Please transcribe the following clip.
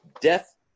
Death